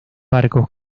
barcos